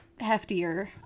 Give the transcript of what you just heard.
heftier